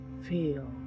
feel